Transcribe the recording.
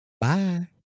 Bye